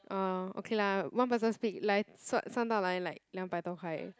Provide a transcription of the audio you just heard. orh okay lah one person split 算到来 like 两百多块而已